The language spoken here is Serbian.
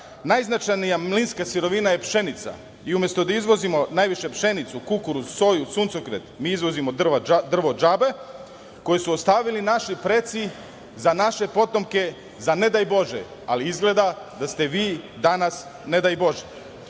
najznačajnija mlinska sirovina je pšenica i umesto da izvozimo najviše pšenicu, kukuruzu, soju, suncokret mi izvozimo drvo džabe, koja su ostavili naši preci za naše potomke za ne daj Bože, ali izgleda da ste vi danas ne daj Bože.U